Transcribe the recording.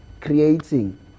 creating